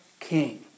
King